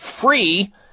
free